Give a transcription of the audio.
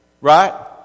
Right